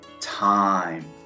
time